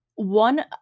One